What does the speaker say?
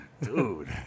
dude